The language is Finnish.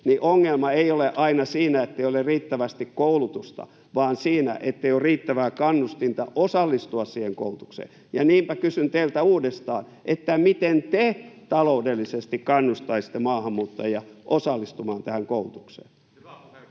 niin ongelma ei ole aina siinä, ettei ole riittävästi koulutusta, vaan siinä, ettei ole riittävää kannustinta osallistua siihen koulutukseen. Niinpä kysyn teiltä uudestaan: miten te taloudellisesti kannustaisitte maahanmuuttajia osallistumaan tähän koulutukseen?